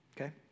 okay